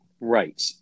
right